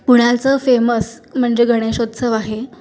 पुण्याचं फेमस म्हणजे गणेशोत्सव आहे